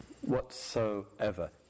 whatsoever